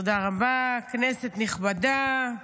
תודה רבה, כנסת נכבדה.